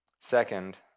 Second